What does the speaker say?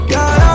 God